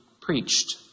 preached